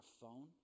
phone